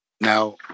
Now